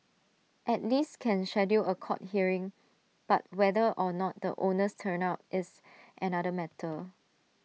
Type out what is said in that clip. at least can schedule A court hearing but whether or not the owners turn up is another matter